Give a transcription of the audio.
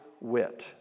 wit